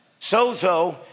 Sozo